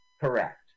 Correct